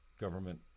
government